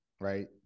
right